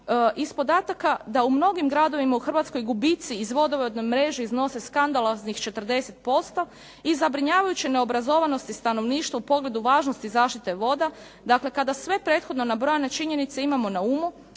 Iz podataka da u mnogim gradovima u Hrvatskoj gubici iz vodovodne mreže iznose skandaloznih 40% i zabrinjavajuće neobrazovanosti stanovništva u pogledu važnosti zaštite voda. Dakle, kada sve prethodno nabrojane činjenice imamo na umu